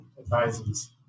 advisors